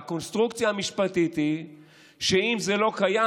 והקונסטרוקציה המשפטית היא שאם זה לא קיים,